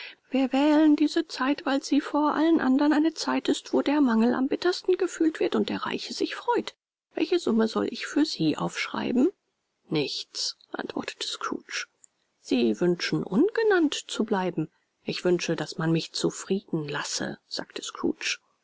wir wählen diese zeit weil sie vor allen andern eine zeit ist wo der mangel am bittersten gefühlt wird und der reiche sich freut welche summe soll ich für sie aufschreiben nichts antwortete scrooge sie wünschen ungenannt zu bleiben ich wünsche daß man mich zufrieden lasse sagte